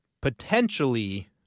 potentially